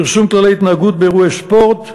פרסום כללי התנהגות באירועי ספורט,